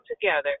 together